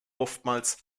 oftmals